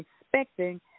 expecting